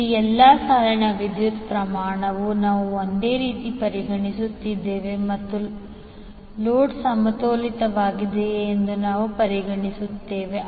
ಇಲ್ಲಿ ಎಲ್ಲಾ ಸಾಲಿನ ವಿದ್ಯುತ್ ಪ್ರಮಾಣವು ನಾವು ಒಂದೇ ರೀತಿ ಪರಿಗಣಿಸುತ್ತಿದ್ದೇವೆ ಮತ್ತು ಲೋಡ್ ಸಮತೋಲಿತವಾಗಿದೆ ಎಂದು ನಾವು ಪರಿಗಣಿಸುತ್ತಿದ್ದೇವೆ